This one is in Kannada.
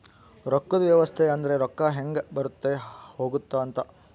ರೊಕ್ಕದ್ ವ್ಯವಸ್ತೆ ಅಂದ್ರ ರೊಕ್ಕ ಹೆಂಗ ಬರುತ್ತ ಹೋಗುತ್ತ ಅಂತ